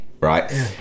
right